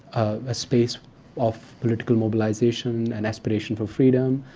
a space of political mobilization and aspiration for freedom,